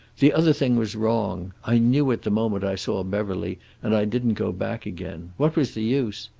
the other thing was wrong. i knew it the moment i saw beverly and i didn't go back again. what was the use?